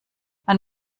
man